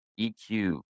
EQ